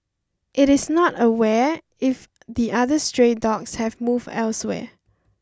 it is not aware if the other stray dogs have moved elsewhere